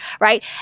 right